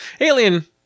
Alien